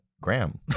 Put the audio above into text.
Graham